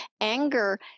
anger